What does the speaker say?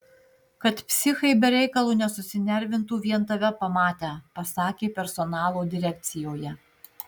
kad psichai be reikalo nesusinervintų vien tave pamatę pasakė personalo direkcijoje